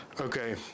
Okay